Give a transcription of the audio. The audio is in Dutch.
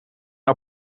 een